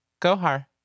Gohar